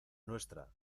nuestra